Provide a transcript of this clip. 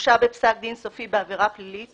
הורשע בפסק דין סופי בעבירה פלילית